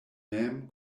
mem